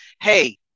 hey